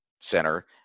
center